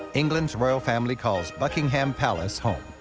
england's royal family calls buckingham palace home.